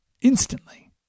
instantly